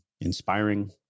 inspiring